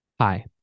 Hi